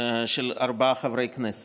של ארבעה חברי כנסת.